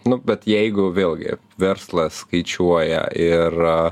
nu bet jeigu vėlgi verslas skaičiuoja ir